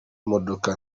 modoka